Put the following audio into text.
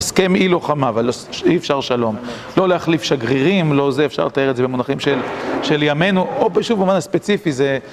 הסכם אי-לוחמה, אי אפשר שלום, לא להחליף שגרירים, לא זה, אפשר לתאר את זה במונחים של ימינו, או שוב, במובן הספציפי זה...